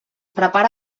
prepara